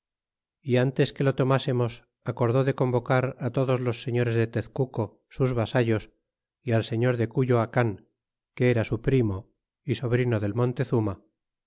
é antes que lo tomásemos acordó de convocar todos los señores de tezcuco sus vasallos e al señor de cuyoacan que era su primo y sobrino del montezuma